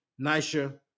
Nisha